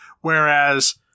whereas